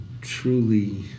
truly